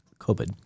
covid